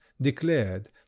declared